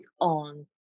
on